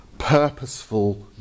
Purposeful